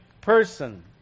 person